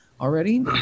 already